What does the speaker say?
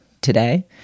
today